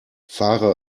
fahre